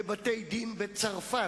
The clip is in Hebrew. בבתי-דין בצרפת,